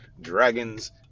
Dragons